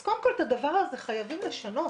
אז קודם כל את הדבר הזה חייבים לשנות.